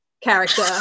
character